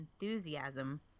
enthusiasm